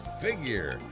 Figure